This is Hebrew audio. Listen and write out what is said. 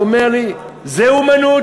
הוא אומר לי: זה אמנות,